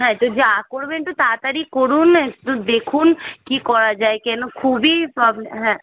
হ্যাঁ তো যা করবেন একটু তাড়াতাড়ি করুন একটু দেখুন কী করা যায় কেন খুবই প্রবলেম হ্যাঁ